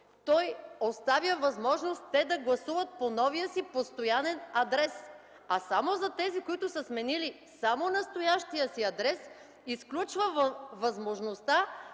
той оставя възможност да гласуват по новия си постоянен адрес, а за тези, които са сменили само настоящия си адрес, изключва възможността